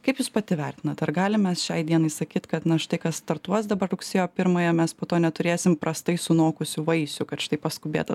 kaip jūs pati vertinat ar galim mes šiai dienai sakyt kad na štai kas startuos dabar rugsėjo pirmąją mes po to neturėsim prastai sunokusių vaisių kad šitaip paskubėta